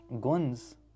guns